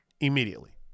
immediately